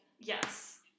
Yes